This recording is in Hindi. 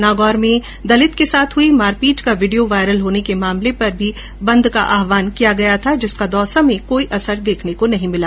नागौर में दलित के साथ हुई मारपीट का वीडियो वायरल होने के मामले पर भी बंद का आहवान किया गया था जिसका दौसा में कोई असर देखने को नहीं भिला